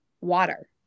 water